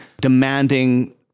demanding